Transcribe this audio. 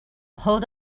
hold